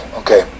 okay